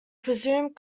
presumed